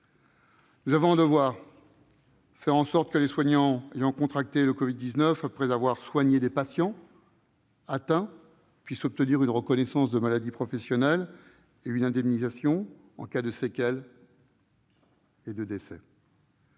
Nous avons un devoir : faire en sorte que les soignants ayant contracté le Covid-19 après avoir soigné des patients atteints puissent obtenir une reconnaissance de maladie professionnelle et une indemnisation en cas de séquelles et de décès.